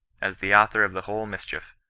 as the author of the whole mischief.